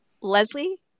Leslie